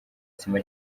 sima